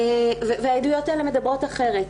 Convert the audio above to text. העדויות מדברות אחרת.